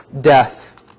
death